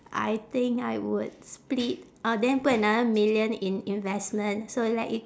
I think I would split uh then put another million in investment so let it